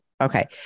Okay